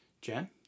Jen